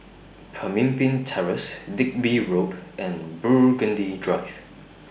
Pemimpin Terrace Digby Road and Burgundy Drive